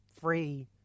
free